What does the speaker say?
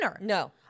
No